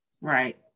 Right